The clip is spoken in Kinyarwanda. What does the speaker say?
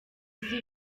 izi